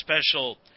special